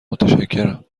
متشکرم